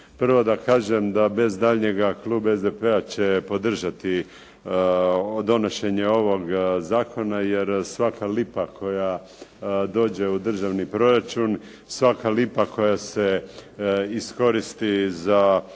Prvo da kažem da bez daljnjega klub SDP-a će podržati donošenje ovog zakona jer svaka lipa koja dođe u državni proračun, svaka lipa koja se iskoristi za